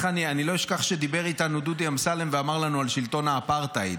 אני לא אשכח שדיבר אתנו דודי אמסלם ואמר לנו על שלטון האפרטהייד,